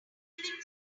even